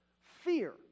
Fear